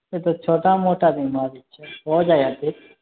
ई तऽ छोटा मोटा बीमारी छै हो जाइ हइ ठीक